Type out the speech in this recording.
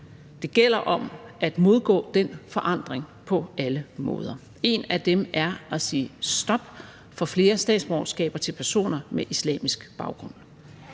Det gælder om at modgå den forandring på alle måder. En af dem er at sige stop for flere statsborgerskaber til personer med islamisk baggrund.